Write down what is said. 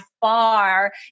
far